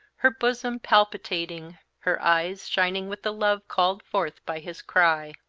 her bosom palpitating, her eyes shining with the love called forth by his cry.